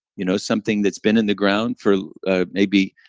you know something that's been in the ground for ah maybe